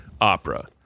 opera